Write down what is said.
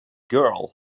girl